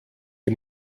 die